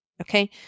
Okay